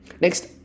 Next